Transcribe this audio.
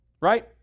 right